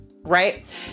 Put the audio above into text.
Right